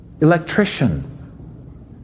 electrician